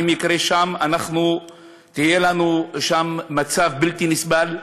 שאם יקרה שם יהיה לנו שם מצב בלתי נסבל,